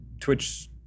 Twitch